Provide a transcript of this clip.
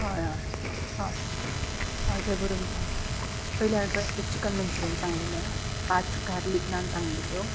हय हय हय हय घे बरोवन घे हय पयली हांवें पळय एक चिकन मंचुऱ्यन सांगललें पांच गार्लीक नान सांगलल्यो